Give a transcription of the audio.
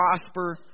prosper